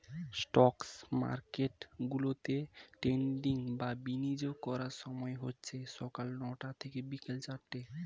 stock মার্কেটগুলোতে trading বা বিনিয়োগ করার সময় হচ্ছে সকাল নয়টা থেকে বিকেল চারটে